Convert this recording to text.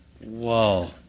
Whoa